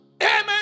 Amen